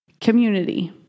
community